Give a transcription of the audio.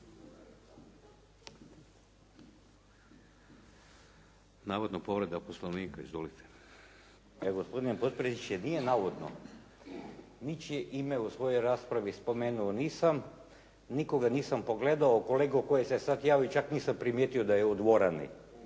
Dragutin (Nezavisni)** Gospodine potpredsjedniče nije navodno. Ničije ime u svojoj raspravi spomenuo nisam, nisam nikoga pogledao. Kolegu koji se sada javio, čak nisam primijetio da je u dvorani.